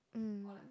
mm